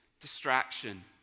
Distraction